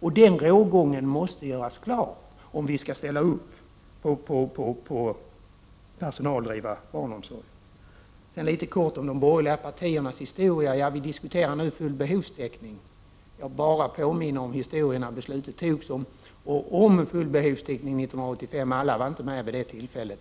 Denna rågång måste göras klar om vi skall ställa upp på förslagen om personaldriven barnomsorg. Låt mig säga något kort om de borgerliga partiernas historia. Vi diskuterar nu full behovstäckning. I det sammanhanget vill jag bara påminna om historien i samband med att beslutet om full behovstäckning fattades 1985; alla stödde det inte vid det tillfället.